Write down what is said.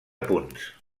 punts